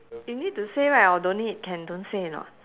you need to say right or don't need can don't say or not